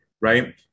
right